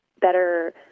better